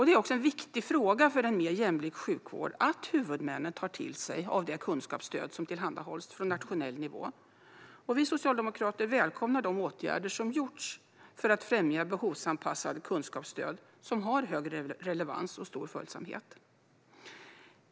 Det är en viktig fråga för en mer jämlik sjukvård att huvudmännen tar till sig av det kunskapsstöd som tillhandahålls från nationell nivå, och vi socialdemokrater välkomnar de åtgärder som vidtagits för att främja behovsanpassade kunskapsstöd som har hög relevans och stor följsamhet.